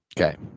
Okay